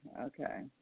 okay